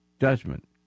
judgment